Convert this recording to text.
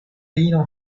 ino